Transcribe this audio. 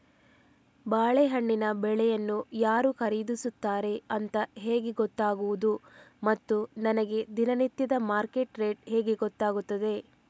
ಬಾಳೆಹಣ್ಣಿನ ಬೆಳೆಯನ್ನು ಯಾರು ಖರೀದಿಸುತ್ತಾರೆ ಅಂತ ಹೇಗೆ ಗೊತ್ತಾಗುವುದು ಮತ್ತು ನನಗೆ ದಿನನಿತ್ಯದ ಮಾರ್ಕೆಟ್ ರೇಟ್ ಹೇಗೆ ಗೊತ್ತಾಗುತ್ತದೆ?